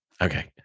Okay